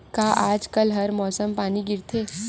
का आज कल हर मौसम पानी गिरथे?